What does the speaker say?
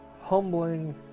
humbling